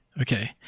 okay